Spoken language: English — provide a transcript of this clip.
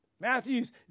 Matthew's